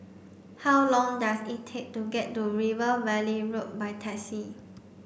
how long does it take to get to River Valley Road by taxi